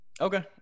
okay